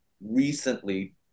recently